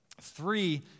three